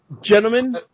gentlemen